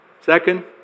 Second